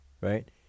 right